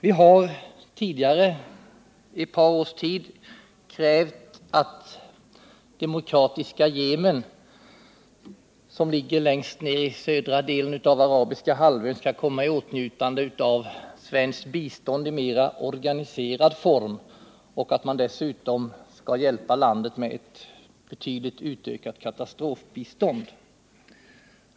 Vi har tidigare i ett par års tid krävt att Demokratiska folkrepubliken Yemen, som ligger längst ner i södra delen av Arabiska halvön, skall komma i åtnjutande av svenskt bistånd i mera 163 organiserad form och att man dessutom skall hjälpa landet med ett betydligt utökat katastrofbistånd.